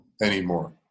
anymore